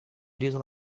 diesel